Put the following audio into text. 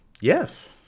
yes